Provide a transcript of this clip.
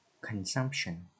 Consumption